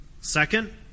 Second